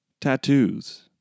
Tattoos